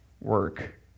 work